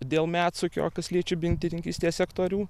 dėl medsukio kas liečia bintininkystės sektorių